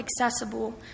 accessible